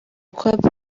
kuba